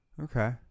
Okay